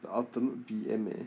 the ultimate B_M eh